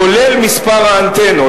כולל מספר האנטנות.